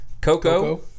Coco